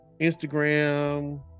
Instagram